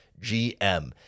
GM